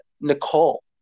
Nicole